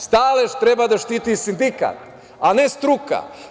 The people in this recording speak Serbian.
Stalež treba da štiti sindikat, a ne struka.